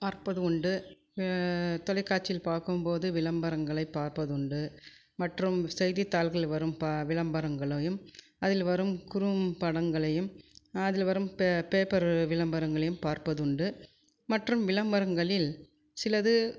பார்ப்பது உண்டு தொலைக்காட்சியில் பார்க்கும்போது விளம்பரங்களை பார்ப்பதுண்டு மற்றும் செய்தி தாள்களில் வரும் ப விளம்பரங்களையும் அதில் வரும் குறும் படங்களையும் அதில் வரும் பே பேப்பர் விளம்பரங்களையும் பார்ப்பதுண்டு மற்றும் விளம்பரங்களில் சிலது